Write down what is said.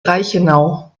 reichenau